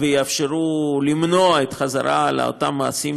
ויאפשרו למנוע את החזרה על אותם מעשים,